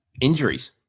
Injuries